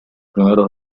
primeros